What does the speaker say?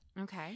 okay